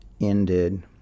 ended